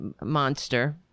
monster